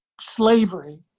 slavery